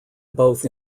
both